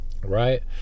Right